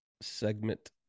segment